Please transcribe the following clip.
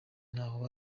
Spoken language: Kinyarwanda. ntaho